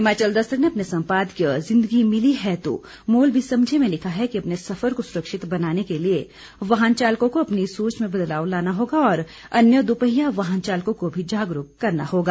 हिमाचल दस्तक ने अपने संपादकीय जिंदगी मिली है तो मोल भी समझे में लिखा है कि अपने सफर को सुरक्षित बनाने के लिए वाहन चालकों को अपनी सोच में बदलाव लाना होगा और अन्य दोपहिया वाहन चालकों को भी जागरूक करना होगा